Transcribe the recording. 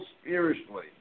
spiritually